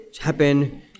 happen